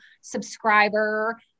subscriber